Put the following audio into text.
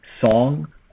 song